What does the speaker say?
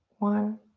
one.